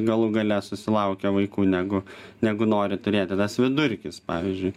galų gale susilaukia vaikų negu negu nori turėti tas vidurkis pavyzdžiui